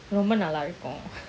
ரொம்பநல்லாஇருக்கும்:romba nalla irukum